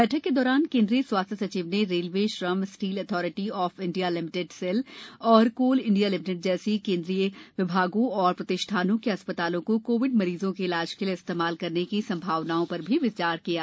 बैठक के दौरान केनद्रीय सवासथय सचिव ने रेलवेश्रम steel authority of India limited सेलऔर कोल इंडिया लिमिटेड जैसी केनद्रीय विभागों और प्रतिष्ठानों के अस्पतालों को कोविड मरीजों के इलाज के लिए इस्तेमाल करने की सम्भावनाओं पर भी विचार किया गया